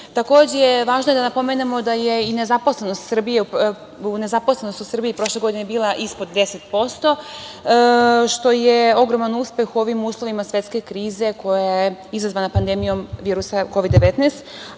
Takođe je važno da napomenemo da je nezaposlenost u Srbiji prošle godine bila ispod 10%, što je ogroman uspeh u ovim uslovima svetske krize koja je izazvana pandemijom virusa Kovid 19,